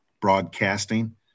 broadcasting